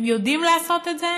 הם יודעים לעשות את זה,